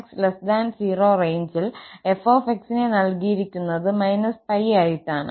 −𝜋𝑥0 റെയ്ഞ്ചിൽ 𝑓𝑥 നെ നൽകിയിരിക്കുന്നത് −𝜋 ആയിട്ടാണ്